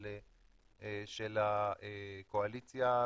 של הקואליציה,